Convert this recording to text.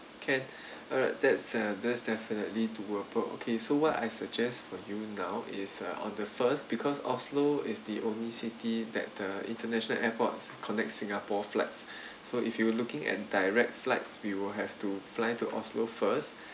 can alright that's uh that's definitely doable okay so what I suggest for you now is uh on the first because oslo is the only city that the international airports connect singapore flights so if you were looking at direct flights we will have to fly to oslo first